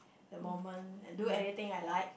the moment and do anything I like